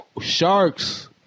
Sharks